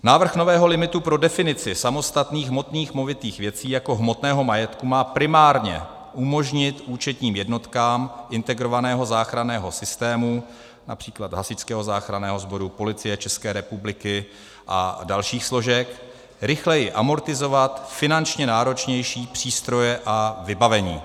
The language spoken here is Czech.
Návrh nového limitu pro definici samostatných hmotných movitých věcí jako hmotného majetku má primárně umožnit účetním jednotkám integrovaného záchranného systému, například hasičského záchranného sboru, Policie České republiky a dalších složek, rychleji amortizovat finančně náročnější přístroje a vybavení.